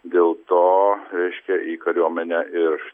dėl to reiškia į kariuomenę ir